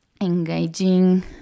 engaging